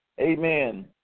Amen